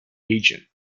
agent